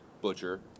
butcher